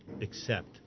accept